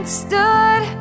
stood